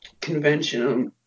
conventional